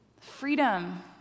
Freedom